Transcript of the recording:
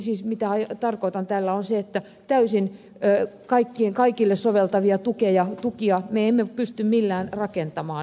siis mitä tarkoitan tällä on että kaikille täysin soveltuvia tukia me emme pysty millään rakentamaan suomessa